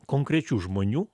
konkrečių žmonių